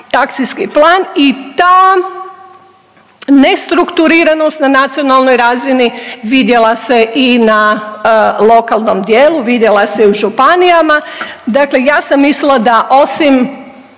akcijski plan i ta nestrukturiranost na nacionalnoj razini vidjela se i na lokalnom dijelu, vidjela se i u županijama. Dakle, ja sam mislila da osim